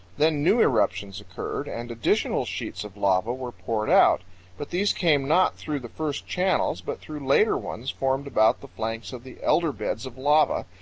then new eruptions occurred and additional sheets of lava were poured out but these came not through the first channels, but through later ones formed about the flanks of the elder beds of lava,